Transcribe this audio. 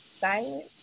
silent